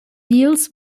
deals